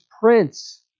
prince